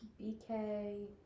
bk